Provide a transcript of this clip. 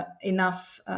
enough